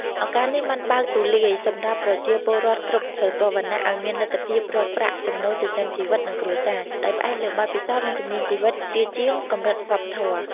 ឱកាសនេះបានបើកទូលាយសម្រាប់ប្រជាពលរដ្ឋគ្រប់ស្រទាប់វណ្ណៈឱ្យមានលទ្ធភាពរកប្រាក់ចំណូលចិញ្ចឹមជីវិត និងគ្រួសារ ដោយផ្អែកលើបទពិសោធន៍ និងជំនាញជីវិតជាជាងកម្រិតវប្បធម៌។